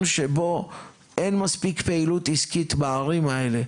שבו אין מספיק פעילות עסקית בערים האלה,